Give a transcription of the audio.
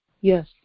yes